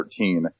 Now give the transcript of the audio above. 13